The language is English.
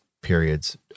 periods